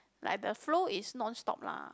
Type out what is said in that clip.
like the flow is non stop lah